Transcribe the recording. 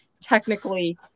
technically